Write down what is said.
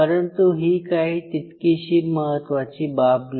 परंतु ही काही तितकीशी महत्त्वाची बाब नाही